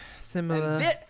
similar